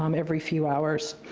um every few hours.